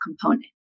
component